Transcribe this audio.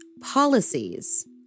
policies